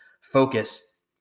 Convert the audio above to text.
focus